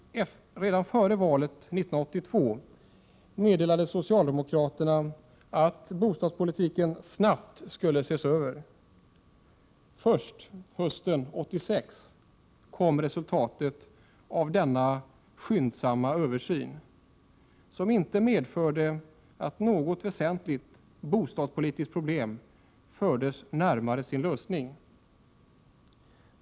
Redan före valet 1982 meddelade socialdemokraterna att bostadspolitiken snabbt skulle ses över. Först hösten 1986 kom resultatet av denna skyndsamma översyn, som inte medförde att något väsentligt bostadspolitiskt problem fördes närmare sin lösning.